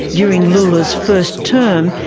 during lula's first term,